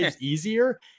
easier